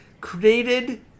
created